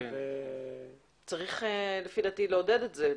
צריך לעודד את זה.